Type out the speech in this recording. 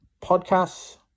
podcasts